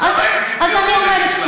אז אני אומרת,